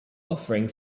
offering